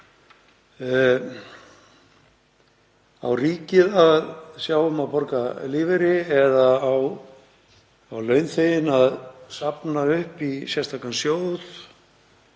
Á ríkið að sjá um að borga lífeyri eða á launþeginn að safna upp í sérstakan sjóð?